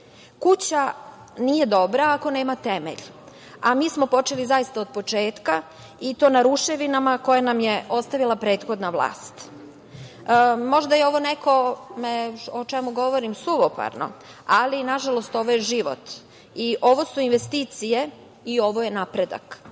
Kuća nije dobra, ako nema temelj, a mi smo počeli zaista od početka, i to na ruševinama koje nam je ostavila prethodna vlast. Možda je ovo nekome o čemu govorim suvoparno, ali nažalost ovo je život i ovo su investicije i ovo je napredak.